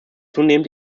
zunehmend